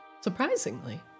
surprisingly